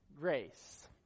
grace